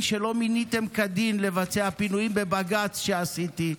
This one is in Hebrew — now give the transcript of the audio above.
שלא מיניתם כדין לבצע פינויים בבג"ץ שעשיתי.